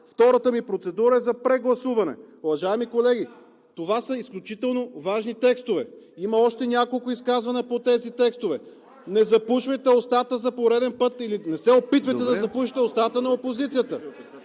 Втората ми процедура е за прегласуване. Уважаеми колеги, това са изключително важни текстове. Има още няколко изказвания по тези текстове. Не запушвайте устата за пореден път или не се опитвайте да запушите устата на опозицията!